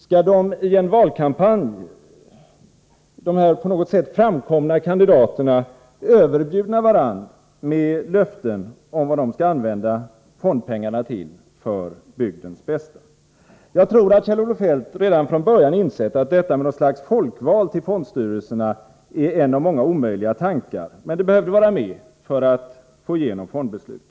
Skall de på något sätt framkomna kandidaterna i en valkampanj överbjuda varandra med löften om vad de skall använda fondpengarna till för bygdens bästa? Jag tror att Kjell-Olof Feldt redan från början insett att detta med något slags folkval till fondstyrelserna är en av många omöjliga tankar, som dock behövde vara med för att man skulle få igenom fondbeslutet.